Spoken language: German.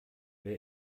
wer